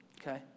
Okay